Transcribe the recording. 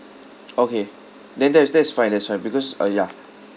okay then that is that is fine that's fine because uh ya